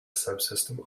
subsystem